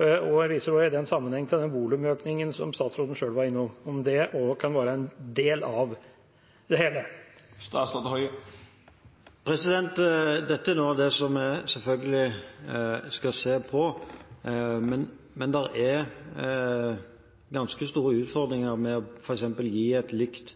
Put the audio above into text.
Jeg viser i den sammenheng til volumøkningen som statsråden selv var innom – om det også kan være en del av det hele. Dette er noe av det jeg selvfølgelig skal se på, men det er ganske store utfordringer med f.eks. å stille et likt